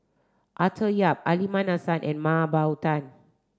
Arthur Yap Aliman Hassan and Mah Bow Tan